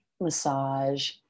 massage